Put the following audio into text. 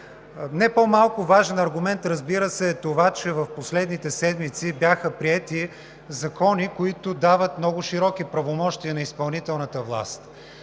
Не по-малко важен аргумент, разбира се, е това, че в последните седмици бяха приети закони, които дават много широки правомощия на изпълнителната власт.